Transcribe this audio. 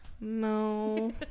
No